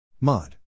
Mod